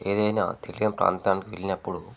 ఏదైనా తెలియని ప్రాంతానికి వెళ్ళినప్పుడు